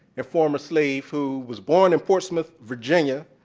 and former slave who was born in portsmouth, virginia.